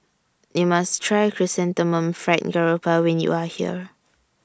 YOU must Try Chrysanthemum Fried Garoupa when YOU Are here